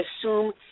assume